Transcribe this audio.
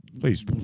Please